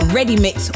ReadyMix